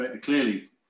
clearly